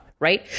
right